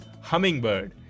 hummingbird